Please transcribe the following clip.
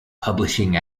publishing